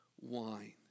wine